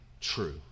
true